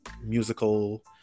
musical